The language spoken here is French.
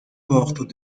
portes